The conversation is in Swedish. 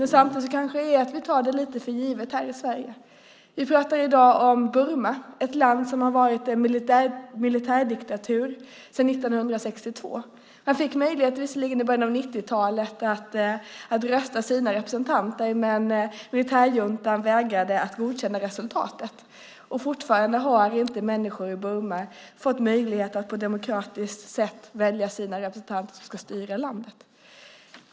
Samtidigt är det kanske så att vi här i Sverige tar det lite för givet. Vi pratar i dag om Burma, om ett land som sedan 1962 är en militärdiktatur. Visserligen fick man i början av 1990-talet en möjlighet att rösta fram sina representanter, men militärjuntan vägrade att godkänna resultatet. Fortfarande är det så att människor i Burma inte har fått möjlighet att på ett demokratiskt sätt välja vilka som ska styra landet.